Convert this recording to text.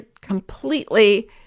completely